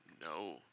No